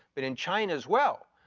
but in china as well.